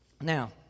Now